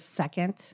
second